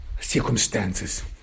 circumstances